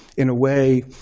in a way,